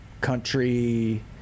country